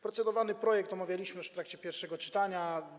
Procedowany projekt omawialiśmy już w trakcie pierwszego czytania.